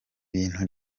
bintu